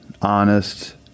Honest